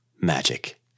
magic